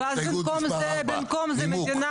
רביזיה.